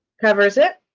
covers it?